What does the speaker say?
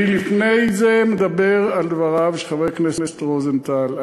אני לפני זה מדבר על דבריו של חבר הכנסת רוזנטל.